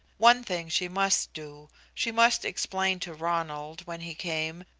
one thing she must do she must explain to ronald, when he came,